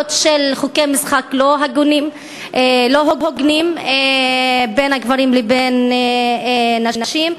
של חוקי משחק לא הוגנים בין גברים לבין נשים.